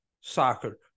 soccer